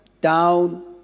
down